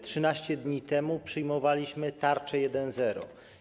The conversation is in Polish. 13 dni temu przyjmowaliśmy tarczę 1.0.